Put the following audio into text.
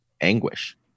anguish